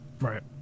Right